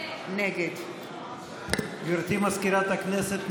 נגד גברתי מזכירת הכנסת,